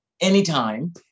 anytime